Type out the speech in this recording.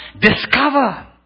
discover